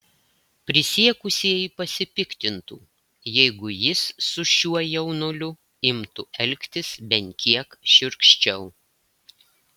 prisiekusieji pasipiktintų jeigu jis su šiuo jaunuoliu imtų elgtis bent kiek šiurkščiau